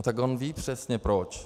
Tak on ví přesně proč.